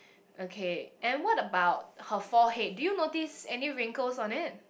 okay and what about her forehead do you notice any wrinkles on it